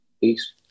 Peace